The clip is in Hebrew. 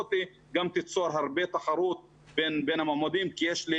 הזאת גם תיצור הרבה תחרות בין המועמדים כי יש לי